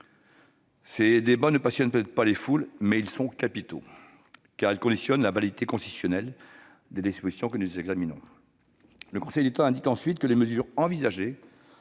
Ces débats ne passionnent peut-être pas les foules, mais ils sont capitaux, car ils conditionnent la validité constitutionnelle des dispositions que nous examinons. Le Conseil d'État indique ensuite que les mesures envisagées